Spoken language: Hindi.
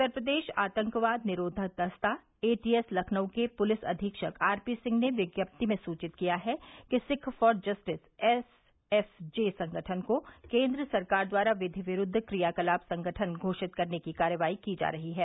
उत्तर प्रदेश आतंकवाद निरोधक दस्ता एटीएस लखनऊ के पुलिस अधीक्षक आरपीसिंह ने विज्ञप्ति में सुचित किया है कि सिक्ख फॉर जस्टिस एसएफजे संगठन को केन्द्र सरकार द्वारा विवि विरूद्व क्रियाकलाप संगठन घोषित करने की कार्यवाही की जा रही है